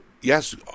yes